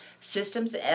Systems